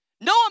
No